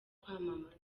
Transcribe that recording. kwamamaza